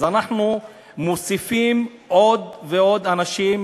אז אנחנו מוסיפים עוד ועוד אנשים